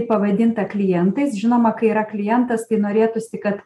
pavadinta klientais žinoma kai yra klientas tai norėtųsi kad